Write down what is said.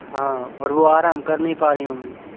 हाँ और वो आराम कर नहीं पा रही होंगी